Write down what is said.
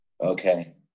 Okay